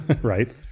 right